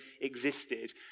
existed